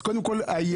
אז קודם כל היה.